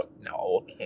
No